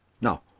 Now